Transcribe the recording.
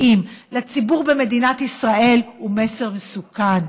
לציבור במדינת ישראל הוא מסר מסוכן.